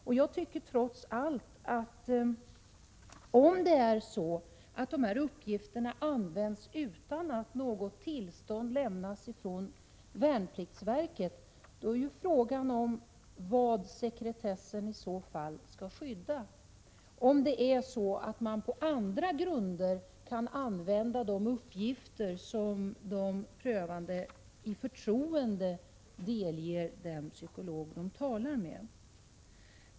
Om uppgifterna trots allt används utan att något tillstånd lämnats från värnpliktsverket och om det är möjligt att på andra grunder än de som gäller en riktig placering av vederbörande använda de uppgifter som de prövande i förtroende delger den psykolog de talar med — då är frågan vad sekretessen egentligen skall skydda.